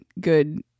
good